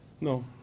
No